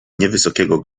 niewysokiego